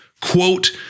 Quote